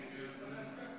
תודה.